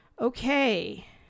okay